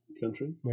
Country